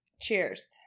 Cheers